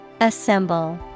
Assemble